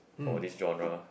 for this general